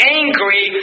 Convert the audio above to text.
angry